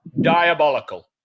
diabolical